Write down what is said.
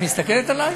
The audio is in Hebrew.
את מסתכלת עלי?